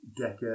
decade